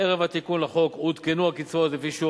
ערב התיקון לחוק עודכנו הקצבאות לפי שיעור